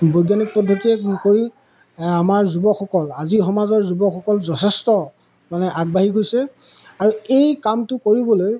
বৈজ্ঞানিক পদ্ধতিৰে কৰি আমাৰ যুৱকসকল আজিৰ সমাজৰ যুৱকসকল যথেষ্ট মানে আগবাঢ়ি গৈছে আৰু এই কামটো কৰিবলৈ